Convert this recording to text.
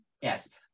Yes